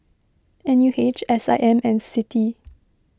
N U H S I M and Citi